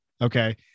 Okay